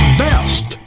best